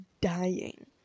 dying